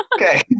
okay